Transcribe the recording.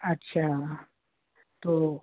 अच्छा तो